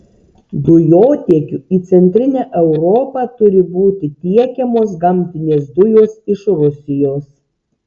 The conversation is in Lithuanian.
dujotiekiu į centrinę europą turi būti tiekiamos gamtinės dujos iš rusijos